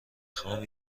خوام